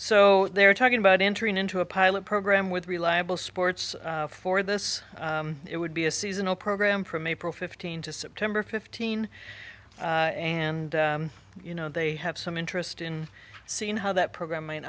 so they're talking about entering into a pilot program with reliable sports for this it would be a seasonal program from april fifteenth to september fifteen and you know they have some interest in seeing how that program